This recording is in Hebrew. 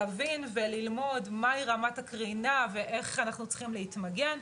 להבין וללמוד מהי רמת הקרינה ואיך אנחנו צריכים להתמגן,